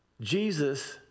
Jesus